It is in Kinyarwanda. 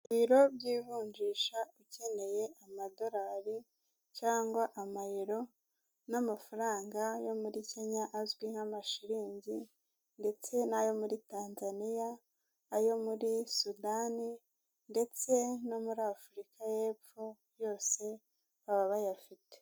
Mu isoko rya Nyabugogo aho bagurishiriza imbuto, umucuruzi yifashi ku itama kuko yabuze abakiriya kandi yari akeneye amafaranga, ari gucuruza inanasi, amapapayi, amaronji, imyembe, ndetse n'ibindi.